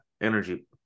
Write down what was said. energy